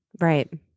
Right